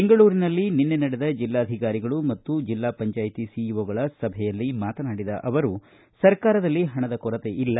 ಬೆಂಗಳೂರಿನಲ್ಲಿ ನಿನ್ನೆ ನಡೆದ ಜೆಲ್ಲಾಧಿಕಾರಿಗಳು ಮತ್ತು ಜೆಲ್ಲಾ ಪಂಚಾಯ್ತಿ ಸಿಇಓಗಳ ಸಭೆಯಲ್ಲಿ ಮಾತನಾಡಿದ ಅವರು ಸರಕಾರದಲ್ಲಿ ಹಣದ ಕೊರತೆ ಇಲ್ಲ